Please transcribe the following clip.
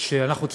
שאנחנו פה,